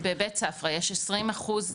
הנה, בבית ספרא יש 20 אחוז דיירים,